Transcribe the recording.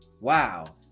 wow